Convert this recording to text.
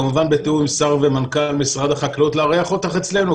כמובן בתור שר ומנכ"ל במשרד החקלאות לארח אותך אצלנו,